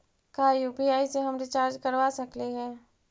का यु.पी.आई से हम रिचार्ज करवा सकली हे?